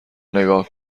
نگاه